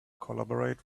collaborate